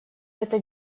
это